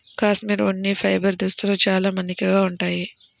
cashmere ఉన్ని fibre దుస్తులు చాలా మన్నికగా ఉంటాయి